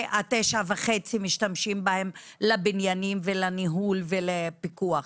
וב-9.5 מיליון משתמשים בהם לבניינים ולניהול ולפיקוח,